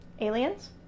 Aliens